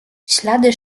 ślady